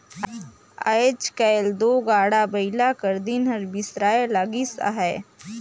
आएज काएल दो गाड़ा बइला कर दिन हर बिसराए लगिस अहे